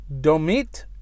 Domit